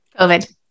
COVID